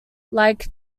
like